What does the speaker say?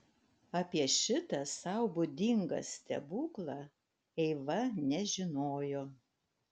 apie šitą sau būdingą stebuklą eiva nežinojo